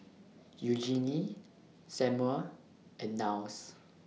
Eugenie Samual and Niles